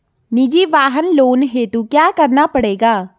निजी वाहन लोन हेतु क्या करना पड़ेगा?